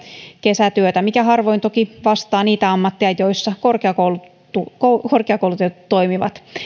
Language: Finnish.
kesätyötä mikä harvoin toki vastaa niitä ammatteja joissa korkeakoulutetut toimivat